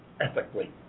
ethically